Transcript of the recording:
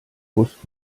usk